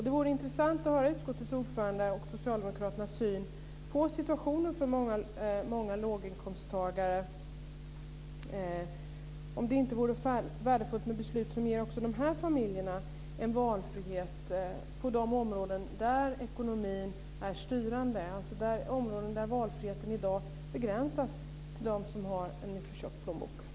Det vore intressant att höra utskottets ordförandes och Socialdemokraternas syn på situationen för många låginkomsttagare. Vore det inte värdefullt med beslut som ger också de här familjerna en valfrihet på de områden där ekonomin är styrande, dvs. områden där valfriheten i dag begränsas till dem som har en mycket tjock plånbok?